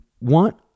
want